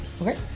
Okay